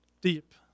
deep